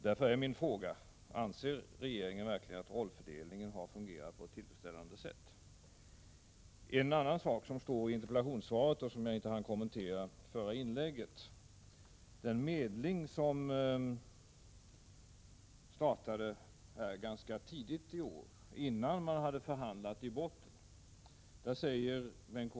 Därför är min fråga: Anser regeringen verkligen att rollfördelningen har fungerat på ett tillfredsställande sätt? Så en annan sak som står i interpellationssvaret och som jag inte hann kommentera i det förra inlägget. Om den medling som startade ganska tidigt i år, innan man hade förhandlat i botten, säger Bengt K.